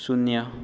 ꯁꯨꯅ꯭ꯌ